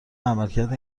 عملکرد